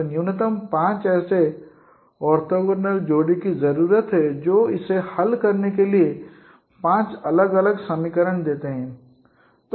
तो न्यूनतम 5 ऐसे ऑर्थोगोनल जोड़े की जरूरत है जो इसे हल करने के लिए पांच अलग अलग समीकरण देते हैं